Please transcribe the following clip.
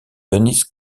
dennis